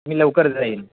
मी लवकर जाईन